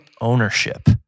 ownership